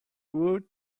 woot